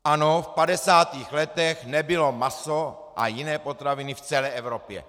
Ano, v 50. letech nebylo maso a jiné potraviny v celé Evropě!